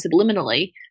subliminally